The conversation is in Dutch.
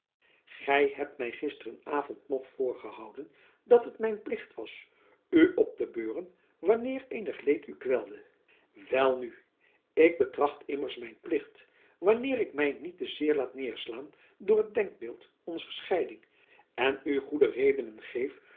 gy hebt my gisteren avond nog voorgehouden dat het mijn plicht was u op te beuren wanneer eenig leed u kwelde welnu ik betracht immers mijn plicht wanneer ik my niet te zeer iaat nederslaan door het denkbeeld onzer scheiding en u goede redenen geef